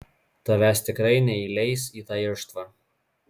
tavęs tikrai neįleis į tą irštvą